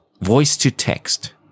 voice-to-text